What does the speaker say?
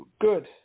Good